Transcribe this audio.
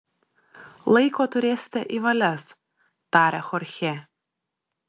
laiko turėsite į valias tarė chorchė